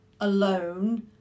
alone